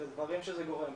את הדברים שזה גורם,